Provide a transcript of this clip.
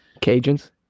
Cajuns